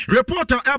Reporter